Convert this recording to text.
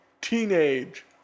teenage